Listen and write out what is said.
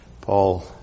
Paul